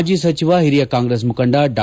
ಮಾಜಿ ಸಚಿವ ಹಿರಿಯ ಕಾಂಗ್ರೆಸ್ ಮುಖಂಡ ಡಾ